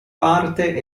parte